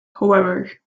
however